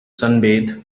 sunbathe